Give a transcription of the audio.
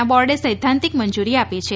ના બોર્ડે સૈદ્ધાંતિક મંજુરી આપી છે